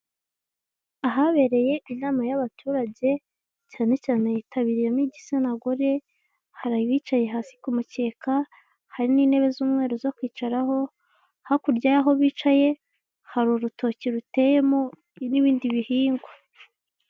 Ahabereye inama y'abaturage cyane cyane yitabiriyemo igitsina gore, hari abicaye hasi ku mukeka, hari n'intebe z'umweru zo kwicaraho, hakurya y'aho bicaye hari urutoki ruteyemo n'ibindi bihingwa.